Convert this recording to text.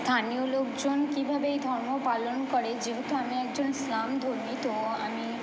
স্থানীয় লোকজন কীভাবে এই ধর্ম পালন করে যেহেতু আমি একজন ইসলাম ধর্মী তো আমি